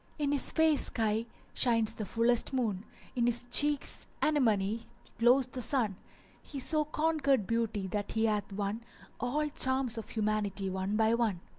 in his face-sky shines the fullest moon in his cheeks' anemone glows the sun he so conquered beauty that he hath won all charms of humanity one by one.